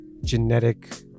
genetic